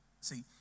See